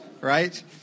right